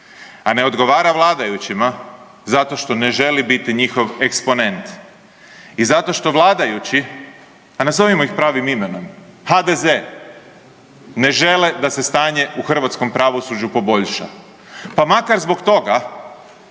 a ne odgovara vladajućima zato što ne želi biti njihov eksponent. I zato što vladajući, a nazovimo ih pravim imenom, HDZ, ne žele da se stanje u hrvatskom pravosuđu poboljša, pa makar zbog toga